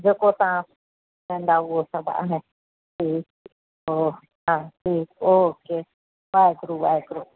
जेको तव्हां चवंदव उहो सभु आहे जी ओ हा ठीकु ओके वाहेगुरु वाहेगुरु